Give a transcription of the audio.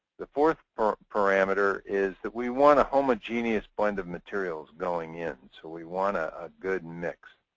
the fourth parameter is that we want a homogeneous blend of materials going in. so we want a a good mix.